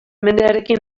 mendearekin